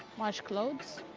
wash clothes.